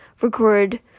record